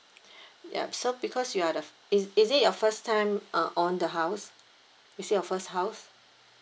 yup so because you are the is is it your first time own the house is it your first house